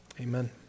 Amen